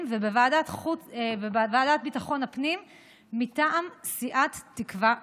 ובוועדת ביטחון הפנים מטעם סיעת תקווה חדשה.